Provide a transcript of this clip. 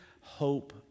hope